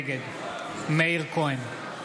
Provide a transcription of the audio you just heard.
נגד מאיר כהן,